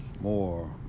more